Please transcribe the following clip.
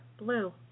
blue